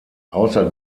außer